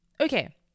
Okay